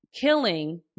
killing